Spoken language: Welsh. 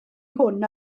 hwn